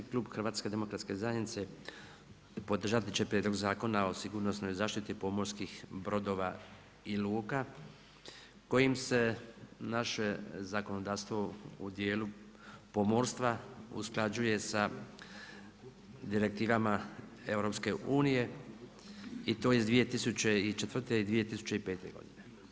Klub HDZ-a podržati će prijedlog Zakona o sigurnosnoj zaštiti pomorskih brodova i luka, kojim se naše zakonodavstvo u dijelu pomorstva usklađuje sa direktivama EU-a i to iz 2004. i 2005. godine.